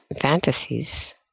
fantasies